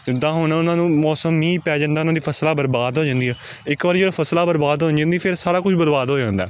ਜਿੱਦਾਂ ਹੁਣ ਉਹਨਾਂ ਨੂੰ ਮੌਸਮ ਮੀਂਹ ਪੈ ਜਾਂਦਾ ਉਹਨਾਂ ਦੀ ਫਸਲਾਂ ਬਰਬਾਦ ਹੋ ਜਾਂਦੀਆਂ ਇੱਕ ਵਾਰੀ ਜਦੋਂ ਫਸਲਾਂ ਬਰਬਾਦ ਹੋ ਜਾਂਦੀ ਫਿਰ ਸਾਰਾ ਕੁਝ ਬਰਬਾਦ ਹੋ ਜਾਂਦਾ